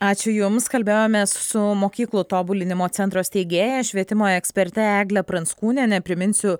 ačiū jums kalbėjomės su mokyklų tobulinimo centro steigėja švietimo eksperte egle pranckūniene priminsiu